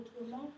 autrement